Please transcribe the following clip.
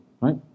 right